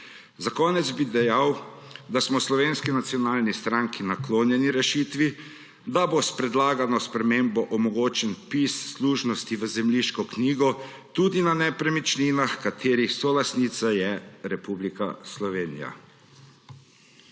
Za konec bi dejal, da smo v Slovenski nacionalni stranki naklonjeni rešitvi, da bo s predlagano spremembo omogočen vpis služnosti v zemljiško knjigo tudi na nepremičninah, katerih solastnica je Republika Slovenija.